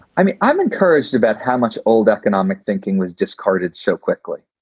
i mean, i'm encouraged about how much old economic thinking was discarded so quickly.